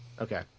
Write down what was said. Okay